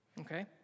Okay